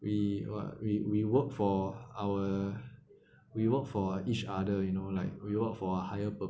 we were we we work for our we work for each other you know like reward for a higher pur~